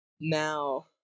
now